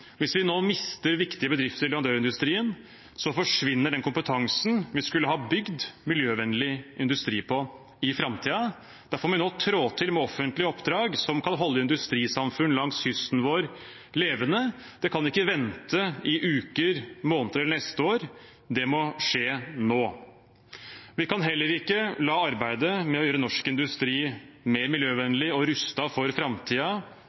Hvis vi nå mister viktige bedrifter i leverandørindustrien, forsvinner den kompetansen vi skulle ha bygd miljøvennlig industri på i framtiden. Derfor må vi nå trå til med offentlige oppdrag som kan holde industrisamfunn langs kysten vår levende. Det kan ikke vente i uker, måneder eller til neste år; det må skje nå. Vi kan heller ikke la arbeidet med å gjøre norsk industri mer miljøvennlig og rustet for